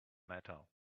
matter